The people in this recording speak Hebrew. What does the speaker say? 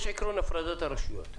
יש עקרון הפרדת הרשויות,